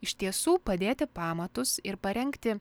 iš tiesų padėti pamatus ir parengti